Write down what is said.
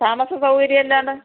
താമസ സൗകര്യം എന്താണ്